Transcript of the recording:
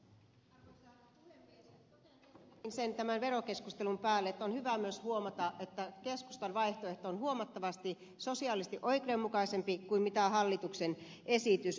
totean ensinnäkin sen tämän verokeskustelun päälle että on hyvä myös huomata että keskustan vaihtoehto on huomattavasti sosiaalisesti oikeudenmukaisempi kuin hallituksen esitys